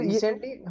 Recently